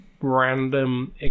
random